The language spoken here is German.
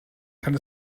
kann